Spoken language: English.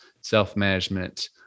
self-management